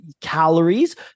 calories